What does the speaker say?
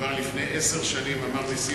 שכבר לפני עשר שנים אמר נשיא